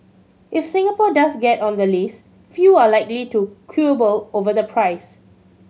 if Singapore does get on the list few are likely to quibble over the price